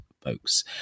folks